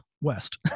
West